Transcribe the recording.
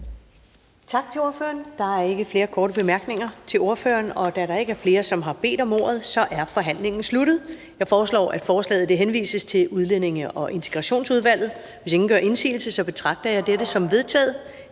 Tak til ordføreren. Der er ikke flere korte bemærkninger til ordføreren. Da der ikke er flere, der har bedt om ordet, er forhandlingen sluttet. Jeg foreslår, at forslaget henvises til Udlændinge- og Integrationsudvalget. Hvis ingen gør indsigelse, betragter jeg dette som vedtaget.